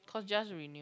cause just renew